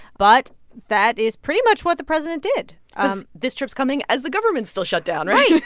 but that is pretty much what the president did um this trip's coming as the government's still shut down right.